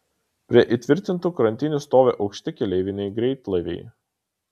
prie įtvirtintų krantinių stovi aukšti keleiviniai greitlaiviai